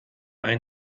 ein